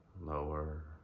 lower